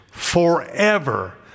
forever